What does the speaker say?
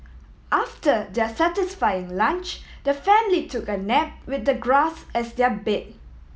after their satisfying lunch the family took a nap with the grass as their bed